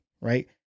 right